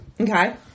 Okay